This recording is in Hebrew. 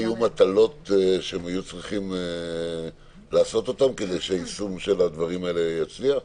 היו מטלות שהם היו צריכים לעשות כדי שהיישום של הדברים האלה יצליח?